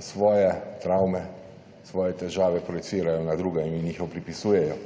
svoje travme, svoje težave projicirajo na druge in jih opisujejo.